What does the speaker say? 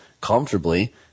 comfortably